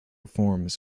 forms